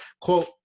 quote